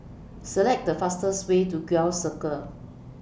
Select The fastest Way to Gul Circle